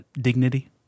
dignity